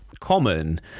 common